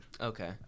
Okay